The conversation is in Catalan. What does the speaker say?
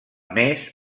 més